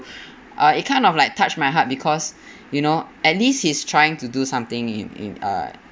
it kind of like touch my heart because you know at least he's trying to do something in in uh